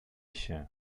się